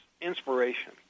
inspiration